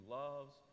loves